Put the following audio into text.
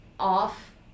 Off